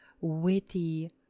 witty